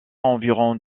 environ